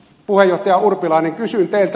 puheenjohtaja urpilainen kysyn teiltä